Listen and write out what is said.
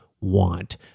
want